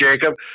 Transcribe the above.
Jacob